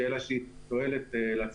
שתהיה לה איזושהי תועלת לציבור.